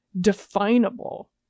definable